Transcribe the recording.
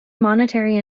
monetary